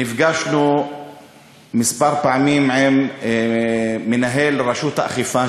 נפגשנו כמה פעמים עם מנהל רשות האכיפה,